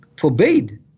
forbade